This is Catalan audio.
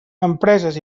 empreses